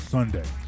Sunday